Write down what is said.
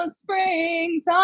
springs